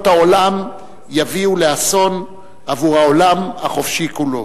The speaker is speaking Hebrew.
העולם יביאו לאסון עבור העולם החופשי כולו.